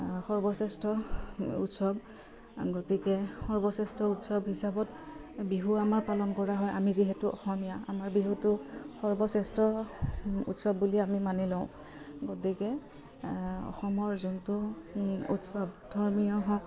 সৰ্বশ্ৰেষ্ঠ উৎসৱ গতিকে সৰ্বশ্ৰেষ্ঠ উৎসৱ হিচাপত বিহু আমাৰ পালন কৰা হয় আমি যিহেতু অসমীয়া আমাৰ বিহুটো সৰ্বশ্ৰেষ্ঠ উৎসৱ বুলি আমি মানি লওঁ গতিকে অসমৰ যোনটো উৎসৱ ধৰ্মীয় হওক